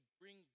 bring